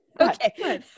Okay